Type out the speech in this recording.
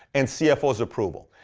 and cfo's approval.